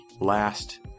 last